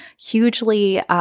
hugely